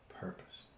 purpose